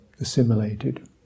assimilated